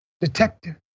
detective